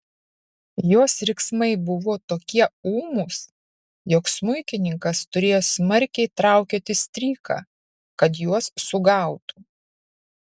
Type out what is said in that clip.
jos riksmai buvo tokie ūmūs jog smuikininkas turėjo smarkiai traukioti stryką kad juos sugautų